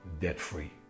debt-free